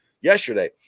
yesterday